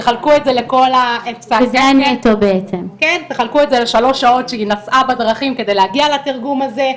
תחלקו את זה לשלוש שעות שהיא נסעה בדרכים כדי להגיע לתרגום הזה.